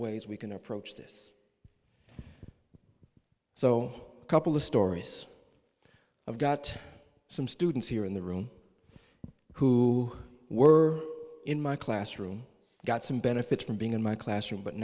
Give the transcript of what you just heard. ways we can approach this so a couple of stories i've got some students here in the room who were in my classroom got some benefit from being in my classroom but